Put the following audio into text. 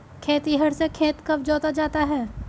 खेतिहर से खेत कब जोता जाता है?